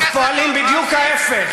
אך פועלים בדיוק ההפך.